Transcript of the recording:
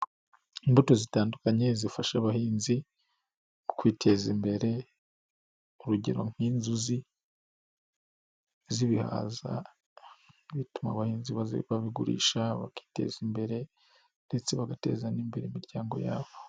Imbuto zitandukanye zifasha abahinzi kwiteza imbere urugero nk'inzuzi z'ibihaza bituma abahinzi babigurisha bakiteza imbere ndetse bagateza n'imbere imiryango yabo.